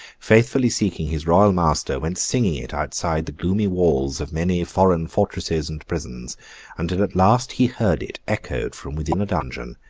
faithfully seeking his royal master, went singing it outside the gloomy walls of many foreign fortresses and prisons until at last he heard it echoed from within a dungeon,